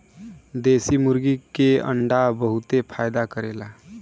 देशी मुर्गी के अंडा बहुते फायदा करेला